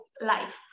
life